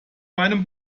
meinem